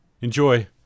Enjoy